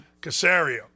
Casario